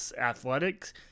athletics